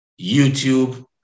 YouTube